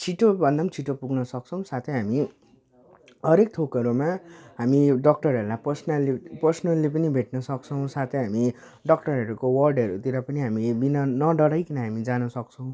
छिटोभन्दा पनि छिटो पुग्नसक्छौँ साथै हामी हरेक थोकहरूमा हामी डक्टरहरूलाई पर्सनली पर्सनली पनि भेट्नसक्छौँ साथै हामी डक्टरहरूको वार्डहरूतिर पनि हामी बिना नडराइकन हामी जानसक्छौँ